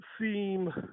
seem